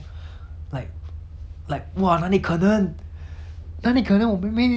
哪里可能我妹妹会这样子的喂我就看 liao 唉